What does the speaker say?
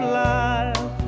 life